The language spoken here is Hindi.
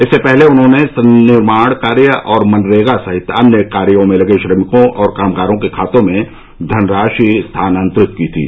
इससे पहले उन्होंने संनिर्माण कार्य और मनरेगा सहित अन्य कार्यो में लगे श्रमिकों और कामगारों के खातों में धनराशि स्थान्तरित की थी